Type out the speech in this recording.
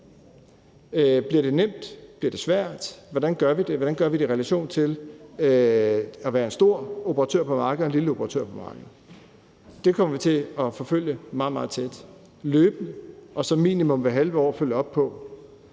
Bliver det svært? Hvordan gør vi det? Hvordan gør vi det i relation til at være en stor operatør på markedet og være en lille operatør på markedet? Det kommer vi til at forfølge meget, meget tæt og løbende og som minimum hvert halve år følge op på.